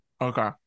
Okay